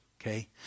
okay